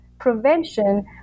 prevention